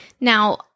Now-